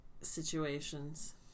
situations